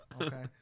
Okay